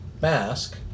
mask